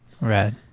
right